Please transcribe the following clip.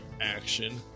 action